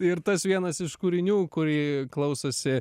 ir tas vienas iš kūrinių kurį klausosi